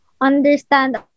understand